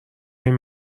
این